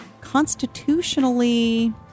constitutionally